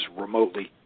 remotely